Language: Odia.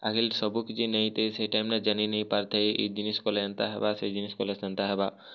ଆଗିଲ୍ ସବୁକିଛି ନେଇଁ ହେଇଥାଇ ସେ ଟାଇମ୍ନେ ଜାନି ନେଇଁ ପାରୁଥାଇ ଇ ଜିନିଷ୍ କଲେ ଏନ୍ତା ହେବା ସେ ଜିନିଷ୍ କଲେ ସେନ୍ତା ହେବା